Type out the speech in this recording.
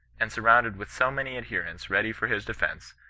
and surrounded with so many adherents ready for his defence,